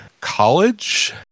College